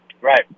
right